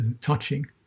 touching